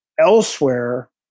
elsewhere